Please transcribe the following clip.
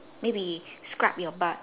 maybe scrub your butt